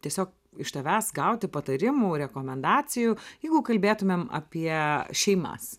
tiesiog iš tavęs gauti patarimų rekomendacijų jeigu kalbėtumėm apie šeimas